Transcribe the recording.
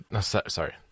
Sorry